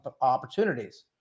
opportunities